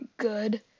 good